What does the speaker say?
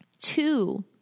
two